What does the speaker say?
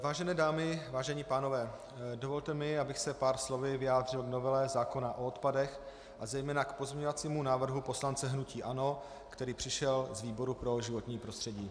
Vážené dámy, vážení pánové, dovolte mi, abych se pár slovy vyjádřil k novele zákona o odpadech a zejména k pozměňovacímu návrhu poslance hnutí ANO, který přišel z výboru pro životní prostředí.